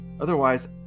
Otherwise